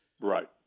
Right